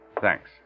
Thanks